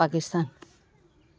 Pakistan